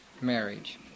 marriage